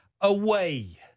away